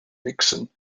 nixon